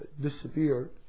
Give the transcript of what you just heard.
disappeared